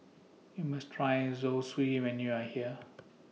YOU must Try Zosui when YOU Are here